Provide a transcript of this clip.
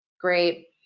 Great